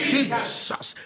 Jesus